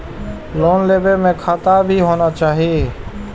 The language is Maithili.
लोन लेबे में खाता भी होना चाहि?